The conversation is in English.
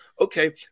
okay